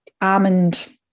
almond